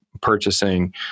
purchasing